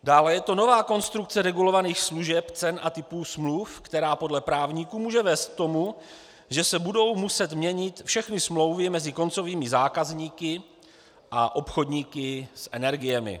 Dále je to nová konstrukce regulovaných služeb, cen a typů smluv, která podle právníků může vést k tomu, že se budou muset měnit všechny smlouvy mezi koncovými zákazníky a obchodníky s energiemi.